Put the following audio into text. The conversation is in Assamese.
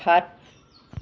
সাত